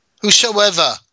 Whosoever